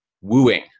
wooing